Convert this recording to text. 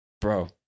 bro